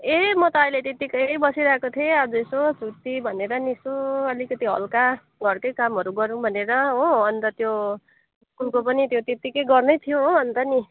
ए म त अहिले त्यत्तिकै बसिरहेको थिएँ आज यसो छुट्टी भनेर नि यसो अलिकति यसो हल्का घरकै काम गरौँ भनेर हो अन्त त्यो स्कुलको पनि त्यो त्यत्तिकै गर्नै थियो हो अन्त नि